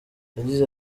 yagize